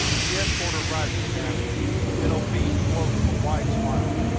the escort arrived soon after an obese bloke with a wide smile,